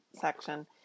section